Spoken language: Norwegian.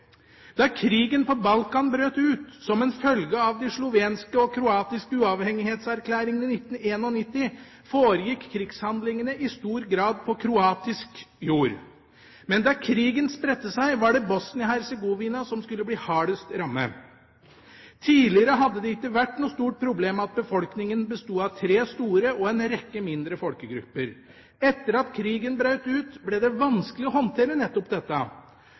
Da krigen på Balkan brøt ut som en følge av de slovenske og kroatiske uavhengighetserklæringene i 1991, foregikk krigshandlingene i stor grad på kroatisk jord. Men da krigen spredte seg, var det Bosnia-Hercegovina som skulle bli hardest rammet. Tidligere hadde det ikke vært noe stort problem at befolkningen besto av tre store og en rekke mindre folkegrupper. Etter at krigen brøt ut, ble det vanskelig å håndtere nettopp dette.